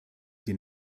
die